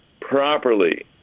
properly